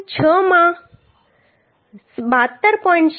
6 માં 72 પોઈન્ટ 72